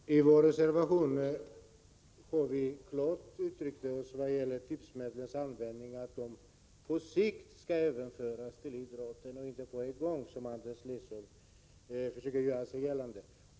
Herr talman! I vår reservation har vi klart uttryckt beträffande tipsmedlens användning att de på sikt skall överföras till idrotten och inte på en gång, som Anders Nilsson försöker göra gällande.